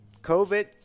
COVID